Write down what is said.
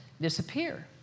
disappear